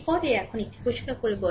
এরপরে এখন এটি পরিষ্কার করা যাক